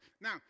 Now